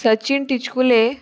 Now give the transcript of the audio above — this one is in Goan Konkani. सचीन तिचकुले